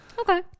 Okay